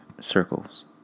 Circles